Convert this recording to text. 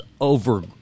over